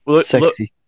Sexy